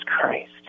Christ